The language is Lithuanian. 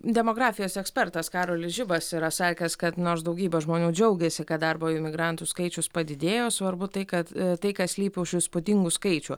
demografijos ekspertas karolis žibas yra sakęs kad nors daugybė žmonių džiaugiasi kad darbo imigrantų skaičius padidėjo svarbu tai kad tai kas slypi už šių įspūdingų skaičių